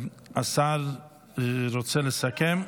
השר רוצה לסכם?